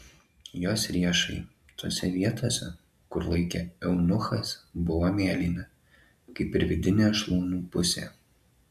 jos riešai tose vietose kur laikė eunuchas buvo mėlyni kaip ir vidinė šlaunų pusė